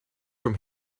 from